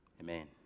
Amen